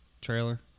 trailer